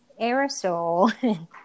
aerosol